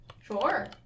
Sure